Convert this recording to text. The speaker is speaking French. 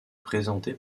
présenté